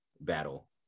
battle